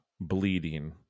bleeding